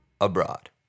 Abroad